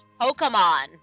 pokemon